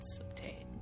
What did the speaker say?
obtained